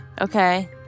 Okay